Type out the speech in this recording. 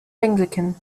anglican